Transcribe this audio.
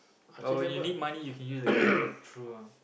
oh you need money you can use the gold lah true lah